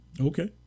okay